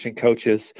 coaches